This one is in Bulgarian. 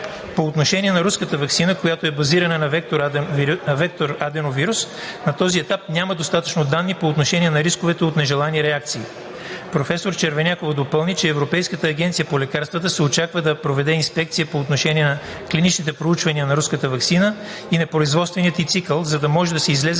По отношение на руската ваксина, която е базирана на вектор аденовирус, на този етап няма достатъчно данни по отношение на рискове от нежелани реакции. Професор Червенякова допълни, че Европейската агенция по лекарствата се очаква да проведе инспекция по отношение на клиничните проучвания на руската ваксина и на производствения ѝ цикъл, за да може да излезе